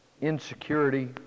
insecurity